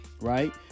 right